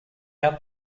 about